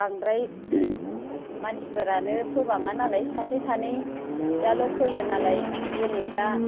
बांद्राय मानसिफोरानो फोबाङा नालाय सासे सानैयाल' फोयो नालाय जोङो दा